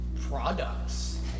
products